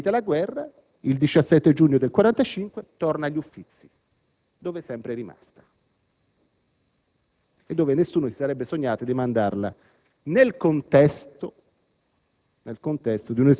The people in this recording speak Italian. Finita la guerra, il 17 giugno del 1945 torna agli Uffizi, dove è sempre rimasta. E da dove nessuno si sarebbe sognato di mandarla nel contesto